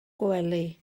gwely